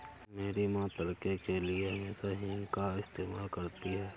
मेरी मां तड़के के लिए हमेशा हींग का इस्तेमाल करती हैं